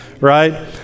right